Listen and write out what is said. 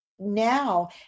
now